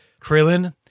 Krillin